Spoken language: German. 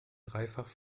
dreifach